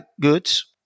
goods